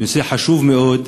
נושא חשוב מאוד,